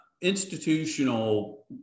institutional